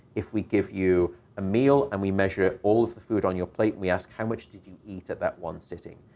if we give you a meal, and we measure all of the food on your plate, and we ask how much did you eat at that one sitting,